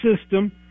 system